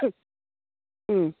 ঠিক